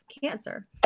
cancer